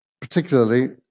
particularly